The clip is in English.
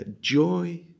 joy